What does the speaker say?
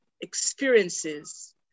experiences